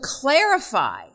clarify